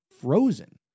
frozen